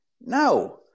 No